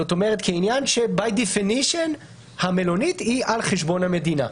זאת אומרת, כעניין שהמלונית היא על חשבון המדינה.